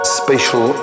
spatial